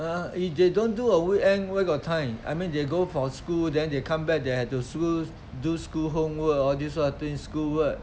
!huh! if they don't do on weekend where got time I mean they go for school then they come back they have to school do school homework all these sort of thing school work